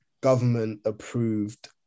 government-approved